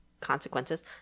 consequences